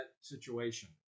situation